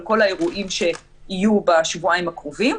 כל האירועים שיהיו בשבועיים הקרובים,